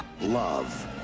Love